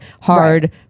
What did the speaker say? hard